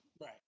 Right